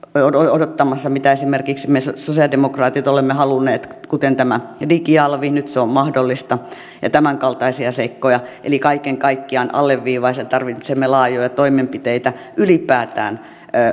mitä esimerkiksi me sosiaalidemokraatit olemme halunneet kuten tämä digialvi nyt se on mahdollista ja tämänkaltaisia seikkoja eli kaiken kaikkiaan alleviivaisin että tarvitsemme laajoja toimenpiteitä ylipäätään